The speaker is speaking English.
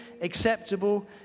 acceptable